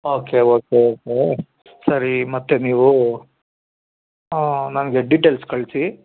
okay okay okay ಸರಿ ಮತ್ತು ನೀವು ನನಗೆ ಡಿಟೇಲ್ಸ್ ಕಳಿಸಿ